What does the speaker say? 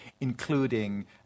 including